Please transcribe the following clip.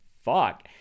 fuck